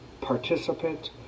participant